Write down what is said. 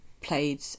played